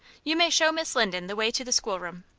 you may show miss linden the way to the schoolroom.